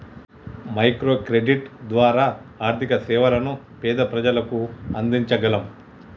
micro credit ద్వారా ఆర్థిక సేవలను పేద ప్రజలకు అందించగలం